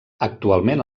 actualment